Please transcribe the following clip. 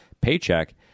paycheck